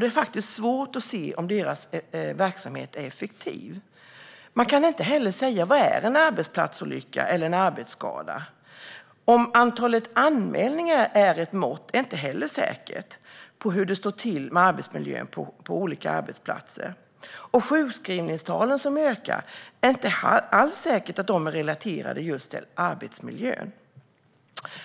Det är faktiskt svårt att se om verksamheten är effektiv. Man kan inte heller säga vad som är en arbetsplatsolycka eller arbetsskada. Antalet anmälningar är inget säkert mått på hur det står till med arbetsmiljön på olika arbetsplatser, och det är inte alls säkert att de ökande sjukskrivningstalen är relaterade till just arbetsmiljön.